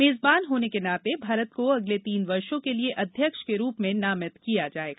मेज़बान होने के नाते भारत को अगले तीन वर्षों के लिए अध्यक्ष के रूप में नामित किया जाएगा